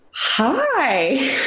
hi